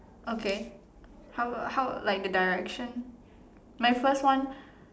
okay how how like the direction my first one